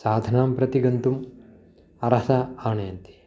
साधनां प्रति गन्तुम् अर्हसा आनयन्ति